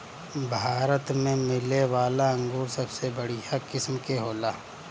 भारत में मिलेवाला अंगूर सबसे बढ़िया किस्म के होला